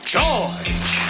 George